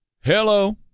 hello